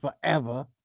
forever